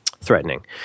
threatening